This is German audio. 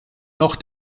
noch